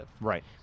Right